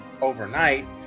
overnight